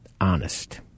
honest